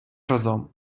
разом